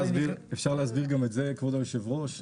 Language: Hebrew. אפשר להסביר גם את זה, כבוד היושב ראש?